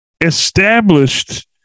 established